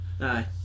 Aye